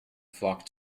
flock